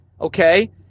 Okay